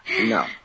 no